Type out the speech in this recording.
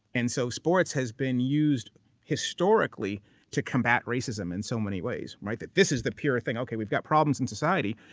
and so sports has been used historically to combat racism in so many ways, right? that this is the pure thing. okay we've got problems in society,